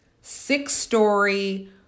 six-story